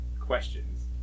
questions